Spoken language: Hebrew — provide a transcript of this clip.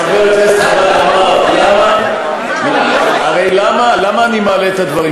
חבר הכנסת חמד עמאר, הרי למה אני מעלה את הדברים?